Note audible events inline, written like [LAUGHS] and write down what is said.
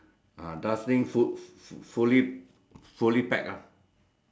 oh [LAUGHS] I don't think so wave waving somebody to stop lah